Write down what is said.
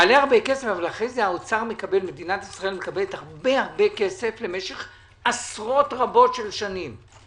אבל אחרי זה מדינת ישראל מקבלת הרבה כסף במשך עשרות רבות של שנים,